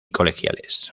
colegiales